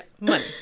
money